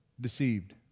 deceived